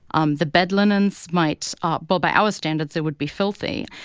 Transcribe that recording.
um the bed linens might ah well by our standards, they would be filthy.